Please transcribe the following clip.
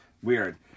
Weird